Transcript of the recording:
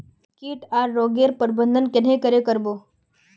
किट आर रोग गैर प्रबंधन कन्हे करे कर बो?